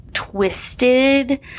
twisted